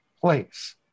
place